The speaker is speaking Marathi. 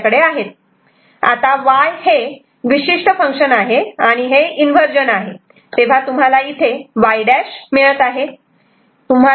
आता Y हे विशिष्ट फंक्शन आहे आणि हे इन्वर्जन आहे तेव्हा Y' तुम्हाला इथे मिळत आहे